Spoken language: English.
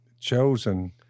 chosen